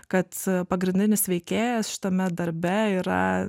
kad pagrindinis veikėjas šitame darbe yra